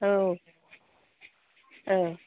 औ औ